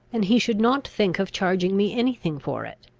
and he should not think of charging me any thing for it.